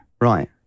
Right